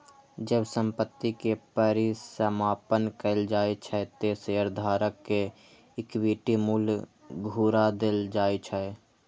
जब संपत्ति के परिसमापन कैल जाइ छै, ते शेयरधारक कें इक्विटी मूल्य घुरा देल जाइ छै